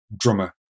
drummer